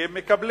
כי הם מקבלים.